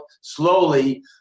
slowly